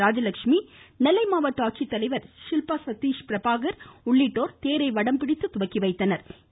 ராஜலட்சுமி நெல்லை மாவட்ட ஆட்சித்தலைவர் ஷில்பா சதீஸ்பிரபாகர் உள்ளிட்டோர் தேரை வடம்பிடித்து துவக்கி வைத்தனா்